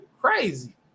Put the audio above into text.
crazy